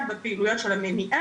כל אחד בזווית שלו,